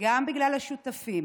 גם בגלל שותפים,